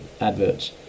adverts